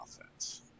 offense